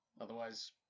otherwise